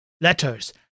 Letters